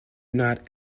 not